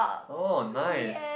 oh nice